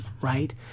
right